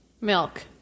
Milk